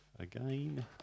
Again